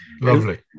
Lovely